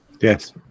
Yes